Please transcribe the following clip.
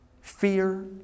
fear